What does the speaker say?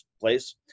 place